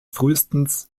frühestens